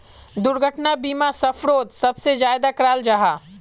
दुर्घटना बीमा सफ़रोत सबसे ज्यादा कराल जाहा